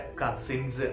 cousins